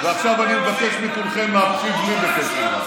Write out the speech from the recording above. ועכשיו אני מבקש מכולכם להקשיב לי בקשב רב.